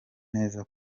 neza